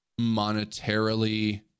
monetarily